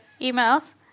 emails